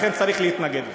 לכן צריך להתנגד לו.